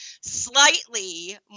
slightly